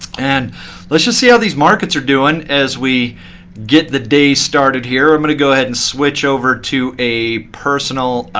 and let's just see how these markets are doing as we get the day started here. i'm going to go ahead and switch over to a personal